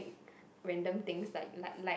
random things like like like